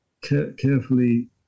carefully